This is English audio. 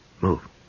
Move